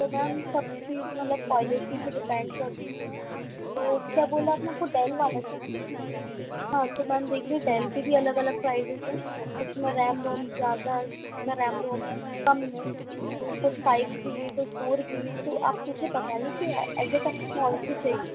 तो मैम सब चीज़ मतलब क्वालेटी पे डिपेंड करती है तो क्या बोला आपने आपको डेल वाला चाहिए ना हाँ तो मैम देखिए डेल के भी अलग अलग प्राइजेज़ हैं कुछ में रैम रोम ज़्यादा है कुछ में रैम रोम कम है तो कुछ फ़ाइव जी हैं कुछ फ़ोर जी हैं तो आप मुझे बताइए कि कौन से चाहिए